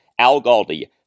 AlGaldi